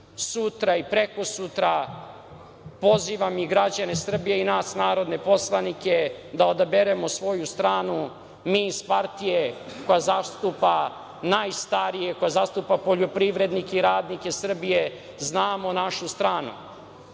sutra i prekosutra pozivam i građane Srbije i nas narodne poslanike da odaberemo svoju stranu. Mi iz partije koja zastupa najstarije, koja zastupa poljoprivrednike i radnike Srbije, znamo našu stranu.